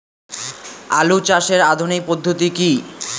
আলু চাষের আধুনিক পদ্ধতি কি?